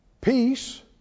Peace